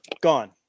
Gone